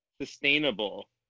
sustainable